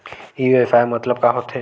ई व्यवसाय मतलब का होथे?